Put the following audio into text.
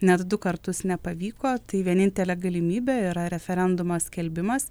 net du kartus nepavyko tai vienintelė galimybė yra referendumo skelbimas